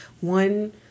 One